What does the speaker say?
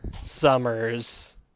summers